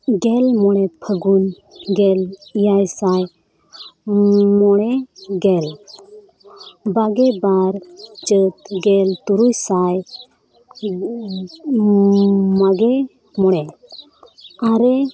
ᱜᱮᱞ ᱢᱚᱬᱮ ᱯᱷᱟᱹᱜᱩᱱ ᱜᱮᱞ ᱮᱭᱟᱭ ᱥᱟᱭ ᱢᱚᱬᱮ ᱜᱮᱞ ᱵᱟᱜᱮ ᱵᱟᱨ ᱪᱟᱹᱛ ᱜᱮᱞ ᱛᱩᱨᱩᱭ ᱥᱟᱭ ᱢᱟᱜᱮ ᱢᱚᱬᱮ ᱟᱨᱮ